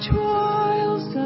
trials